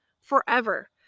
forever